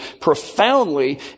profoundly